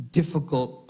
difficult